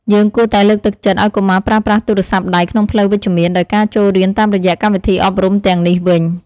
យើងគួរតែលើកទឹកចិត្តឱ្យកុមារប្រើប្រាស់ទូរស័ព្ទដៃក្នុងផ្លូវវិជ្ជមានដោយការចូលរៀនតាមរយៈកម្មវិធីអប់រំទាំងនេះវិញ។